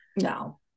No